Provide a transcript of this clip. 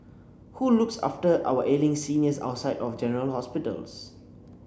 who looks after our ailing seniors outside of general hospitals